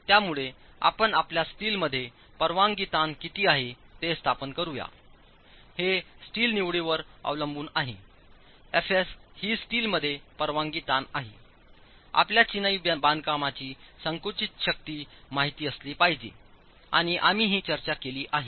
त्यामुळे आपण आपल्या स्टील मध्ये परवानगी ताण किती आहे ते स्थापन करूया हे स्टील निवडीवर अवलंबून आहे Fs ही स्टील मध्येपरवानगी ताण आहे आपल्याला चीनाई बांधकामाची संकुचित शक्ती माहिती असली पाहिजे आणि आम्ही ही चर्चा केली आहे